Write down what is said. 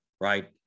right